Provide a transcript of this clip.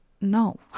no